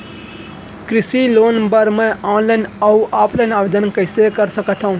कृषि लोन बर मैं ऑनलाइन अऊ ऑफलाइन आवेदन कइसे कर सकथव?